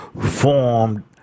formed